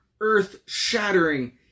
earth-shattering